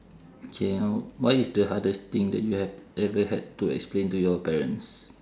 K what is the hardest thing that you have ever had to explain to your parents